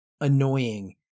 annoying